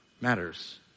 Matters